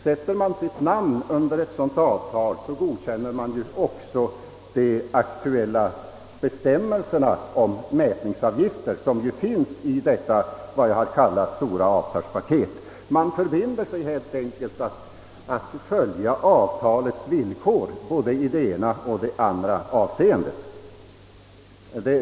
Sätter man sitt namn under ett sådant avtal godkänner man också de aktuella bestämmelserna om mätningsavgifter som finns i vad jag har kallat det stora avtalspaketet. Man förbinder sig helt enkelt att följa avtalets villkor både i det ena och det andra avseendet.